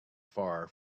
far